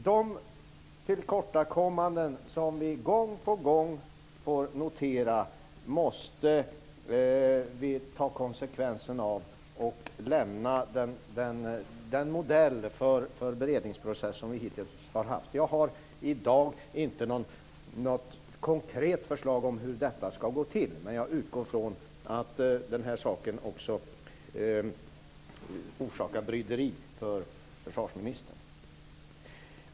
Vi måste ta konsekvenserna av de tillkortakommanden som vi gång på gång noterar, och lämna den modell för beredningsprocess som vi hittills har haft. Jag har i dag inte något konkret förslag om hur detta skall gå till, men jag utgår från att saken orsakar bryderi också för försvarsministern.